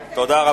תודה.